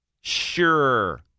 sure